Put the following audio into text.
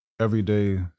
everyday